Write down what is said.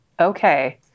Okay